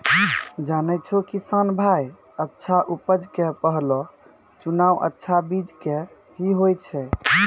जानै छौ किसान भाय अच्छा उपज के पहलो चुनाव अच्छा बीज के हीं होय छै